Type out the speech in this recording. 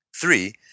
Three